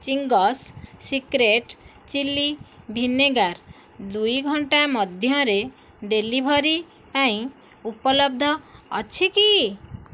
Ching's Secret chilli vinegar ଦୁଇ ଘଣ୍ଟା ମଧ୍ୟରେ ଡେଲିଭରି ପାଇଁ ଉପଲବ୍ଧ ଅଛି କି